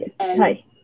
Hi